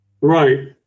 Right